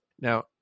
Now